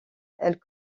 elle